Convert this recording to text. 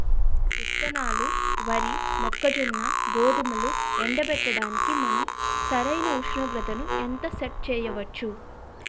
విత్తనాలు వరి, మొక్కజొన్న, గోధుమలు ఎండబెట్టడానికి మనం సరైన ఉష్ణోగ్రతను ఎంత సెట్ చేయవచ్చు?